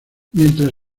mientras